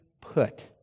put